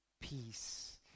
peace